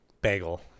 bagel